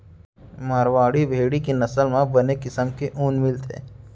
मारवाड़ी भेड़ी के नसल म बने किसम के ऊन मिलथे